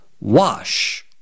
wash